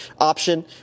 option